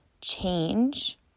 change